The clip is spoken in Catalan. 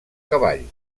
cavall